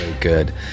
good